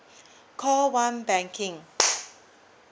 call one banking